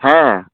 ᱦᱮᱸ